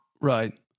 Right